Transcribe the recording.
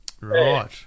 right